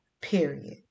period